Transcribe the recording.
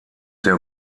der